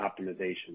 optimization